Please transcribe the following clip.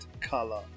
color